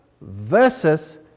versus